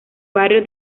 barrio